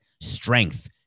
strength